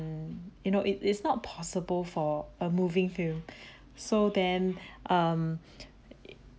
you know it is not possible for a movie film so then um